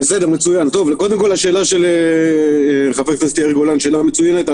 לשאלה של חבר הכנסת יאיר גולן שאלה מצוינת.